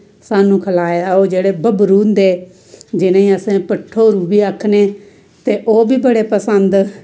स्हानू खलाया ओह् जेह्ड़े बब्बरू होंदे जिनें अस भठोरू बी आखने ते ओह् बी बड़े पसंद